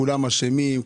כולם אשמים,